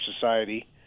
Society